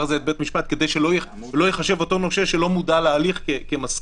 הזה את בית המשפט כדי שלא ייחשב אותו נושה שלא מודע להליך כמסכים.